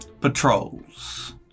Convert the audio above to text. patrols